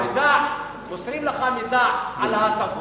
מוסרים לך מידע על ההטבות,